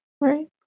right